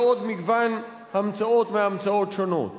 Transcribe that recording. ועוד מגוון המצאות מהמצאות שונות.